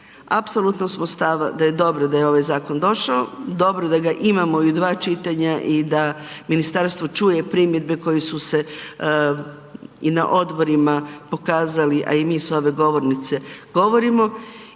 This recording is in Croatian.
Apsolutno smo stava da je dobro da je ovaj zakon došao, dobro da ga imamo i u dva čitanja i da ministarstvo čuje primjedbe koje su se i na odborima pokazali, a i mi s ove govornice govorimo.